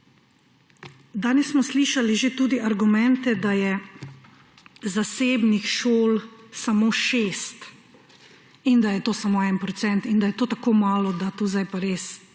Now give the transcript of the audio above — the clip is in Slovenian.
Danes smo slišali že tudi argumente, da je zasebnih šol samo 6 in da je to samo 1 % in da je to tako malo, da to zdaj pa res,